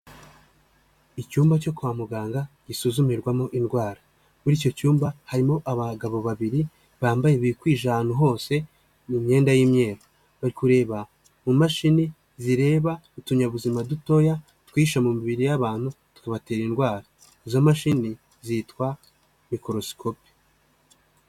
Icyumba cyo kwa muganga gisuzumirwamo indwara muri icyo cyumba harimo abagabo babiri bambaye bikwije ahantu hose mu myenda y'imyeru, bari kureba mu mashini zireba utunyabuzima dutoya twihisha mu mibiri y'abantu tukabatera indwara, izo mashini zitwa mikorosikopi.